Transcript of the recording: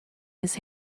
his